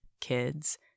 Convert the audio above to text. kids